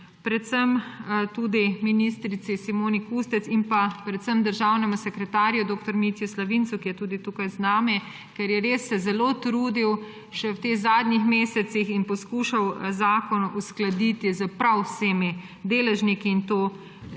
predvsem tudi ministrici Simoni Kustec in predvsem državnemu sekretarju dr. Mitji Slavincu, ki je tudi tukaj z nami, ker se je res zelo trudil še v teh zadnjih mesecih in poskušal zakon uskladiti s prav vsemi deležniki in to mu